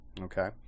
Okay